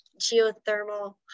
geothermal